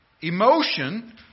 Emotion